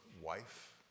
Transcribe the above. wife